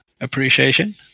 appreciation